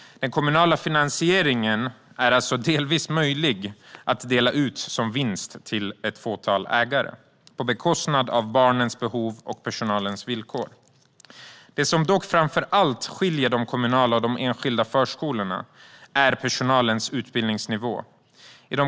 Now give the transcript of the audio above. Den kommunala finansieringen är alltså delvis möjlig att dela ut som vinst till ett fåtal ägare, på bekostnad av barnens behov och personalens villkor. Det som dock framför allt skiljer de kommunala och de enskilda förskolorna är personalens utbildningsnivå.